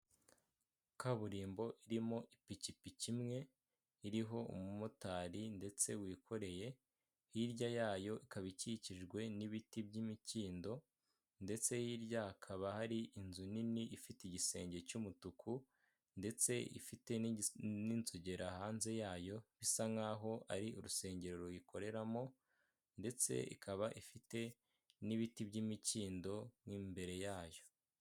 Kaburimbo irimo ipikipiki imwe iriho umumotari ndetse wikoreye, hirya yayo ikaba ikikijwe n'ibiti by'imikindo ndetse hirya hakaba hari inzu nini ifite igisenge cy'umutuku, ndetse ifite n'inzogera hanze yayo bisa nkaho ari urusengero ruyikoreramo, ndetse ikaba ifite n'ibiti by'imikindo n'imbere yayo.